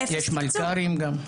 אפס תיקצוב.